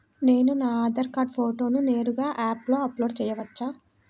నేను నా ఆధార్ కార్డ్ ఫోటోను నేరుగా యాప్లో అప్లోడ్ చేయవచ్చా?